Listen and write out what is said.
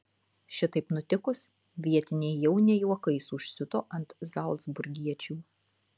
šitaip nutikus vietiniai jau ne juokais užsiuto ant zalcburgiečių